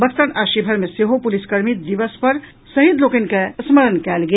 बक्सर आ शिवहर मे सेहो पुलिस स्मृति दिवस पर शहीद लोकनि के स्मरण कयल गेल